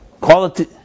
Quality